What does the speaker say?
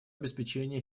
обеспечения